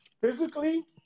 Physically